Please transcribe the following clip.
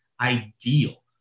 ideal